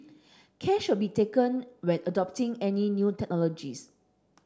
care should be taken when adopting any new technologies